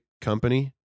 company